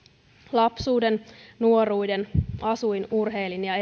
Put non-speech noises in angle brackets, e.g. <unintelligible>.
lapsuuden nuoruuden asuin urheilin ja <unintelligible>